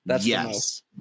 Yes